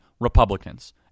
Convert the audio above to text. Republicans